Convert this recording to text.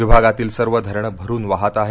विभागातील सर्व धरणं भरून वाहत आहेत